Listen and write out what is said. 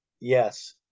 yes